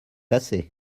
assez